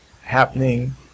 happening